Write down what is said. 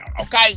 okay